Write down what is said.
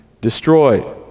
destroyed